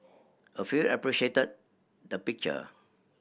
a few appreciated the picture